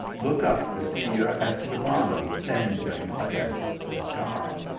look up to see your escribano dan gling against the sky.